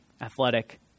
athletic